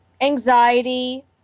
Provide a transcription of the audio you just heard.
Anxiety